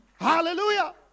Hallelujah